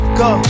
go